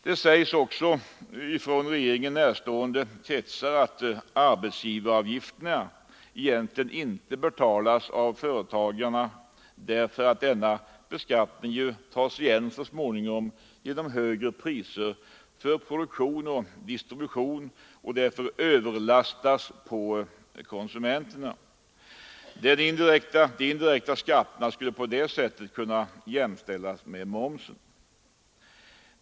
Det sägs också från regeringen närstående kretsar att arbetsgivaravgifterna egentligen inte betalas av företagarna, därför att den beskattningen ju småningom tas igen i högre priser för produktion och distribution och därför överlastas på konsumenterna. De indirekta skatterna skulle på det sättet kunna jämställas med momsen.